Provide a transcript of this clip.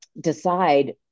decide